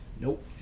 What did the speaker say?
Nope